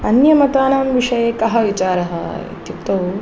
अन्यमतानां विषये कः विचारः इत्युक्तौ